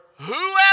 whoever